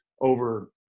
over